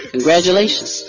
Congratulations